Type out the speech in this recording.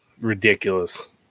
ridiculous